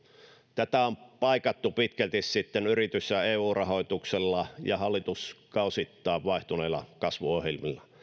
tätä on paikattu pitkälti yritys ja eu rahoituksella ja hallituskausittain vaihtuneilla kasvuohjelmilla